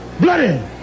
bloody